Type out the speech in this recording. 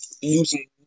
using